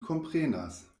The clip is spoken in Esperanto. komprenas